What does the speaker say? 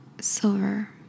silver